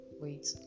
Wait